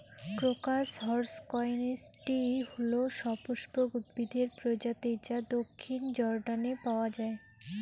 crocus হসকনেইচটি হল সপুষ্পক উদ্ভিদের প্রজাতি যা দক্ষিণ জর্ডানে পাওয়া য়ায়